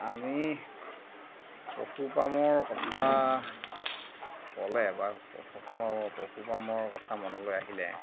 আমি পশুপামৰ কথা ক'লে বা অসমৰ পশুপামৰ কথা মনলৈ আহিলে